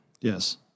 Yes